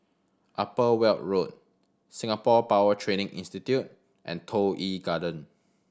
Upper Weld Road Singapore Power Training Institute and Toh Yi Garden